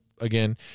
again